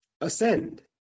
Ascend